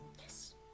Yes